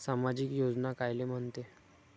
सामाजिक योजना कायले म्हंते?